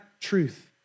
truth